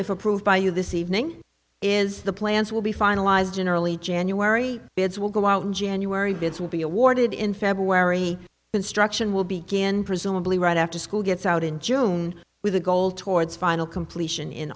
if approved by you this evening is the plans will be finalized in early january bids will go out in january bids will be awarded in february construction will begin presumably right after school gets out in june with a goal towards final completion in